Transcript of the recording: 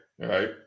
Right